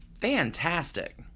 Fantastic